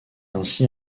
ainsi